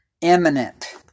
imminent